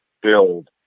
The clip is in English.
build